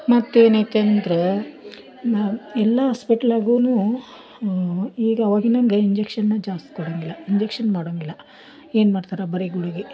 ಮತ್ತೇನು ಇತ್ತಂದರೆ ಎಲ್ಲ ಆಸ್ಪಿಟ್ಲಾಗೂ ಈಗ ಅವಾಗಿನಂಗೆ ಇಂಜೆಕ್ಷನನ್ನ ಜಾಸ್ತಿ ಕೊಡಂಗಿಲ್ಲ ಇಂಜೆಕ್ಷನ್ ಮಾಡೊಂಗಿಲ್ಲ ಏನು ಮಾಡ್ತಾರೆ ಬರೀ ಗುಳಿಗೆ